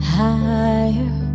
higher